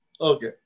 Okay